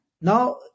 Now